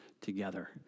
together